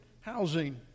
housing